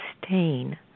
sustain